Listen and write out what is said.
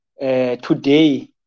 today